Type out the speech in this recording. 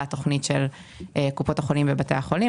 לטובת מודל התקצוב של קופות החולים ובתי החולים.